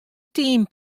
team